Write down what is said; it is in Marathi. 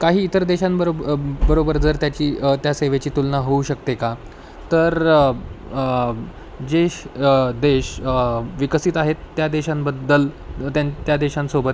काही इतर देशांबरोब बरोबर जर त्याची त्या सेवेची तुलना होऊ शकते का तर जे श् देश विकसित आहेत त्या देशांबद्दल त्या त्या देशांसोबत